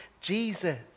Jesus